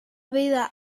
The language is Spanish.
vida